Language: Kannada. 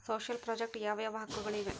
ಸೋಶಿಯಲ್ ಪ್ರಾಜೆಕ್ಟ್ ಯಾವ ಯಾವ ಹಕ್ಕುಗಳು ಇವೆ?